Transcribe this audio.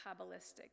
Kabbalistic